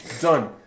Done